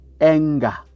anger